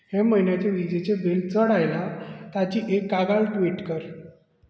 हे म्हयन्याचें वीजेचें बिल चड आयलां ताची एक कागाळ ट्वीट कर